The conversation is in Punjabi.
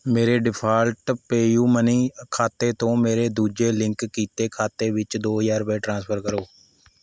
ਮੇਰੇ ਡਿਫਾਲਟ ਪੇਯੂ ਮਨੀ ਖਾਤੇ ਤੋਂ ਮੇਰੇ ਦੂਜੇ ਲਿੰਕ ਕੀਤੇ ਖਾਤੇ ਵਿੱਚ ਦੋ ਹਜ਼ਾਰ ਰੁਪਏ ਟ੍ਰਾਂਸਫਰ ਕਰੋ